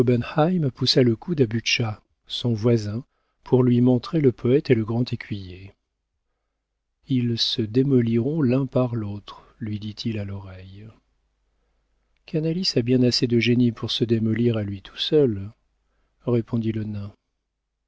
le coude à butscha son voisin pour lui montrer le poëte et le grand écuyer ils se démoliront l'un par l'autre lui dit-il à l'oreille canalis a bien assez de génie pour se démolir à lui tout seul répondit le nain